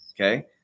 okay